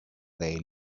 they